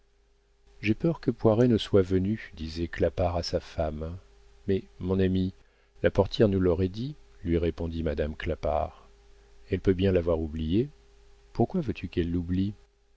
j'ai peur que poiret ne soit venu disait clapart à sa femme mais mon ami la portière nous l'aurait dit lui répondit madame clapart elle peut bien l'avoir oublié pourquoi veux-tu qu'elle l'oublie